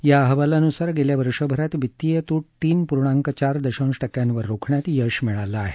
या अहवालानुसार गेल्यावर्षभरात वित्तीय तूट तीन पूर्णांक चार दशांश टक्क्यांवर रोखण्यात यश मिळालं आहे